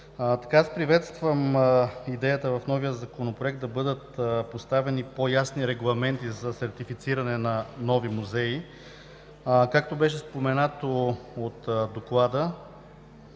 Приветствам идеята в новия законопроект да бъдат поставени по ясни регламенти за сертифициране на нови музеи. Както беше споменато от Доклада,